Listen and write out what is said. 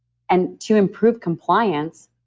and to improve compliance,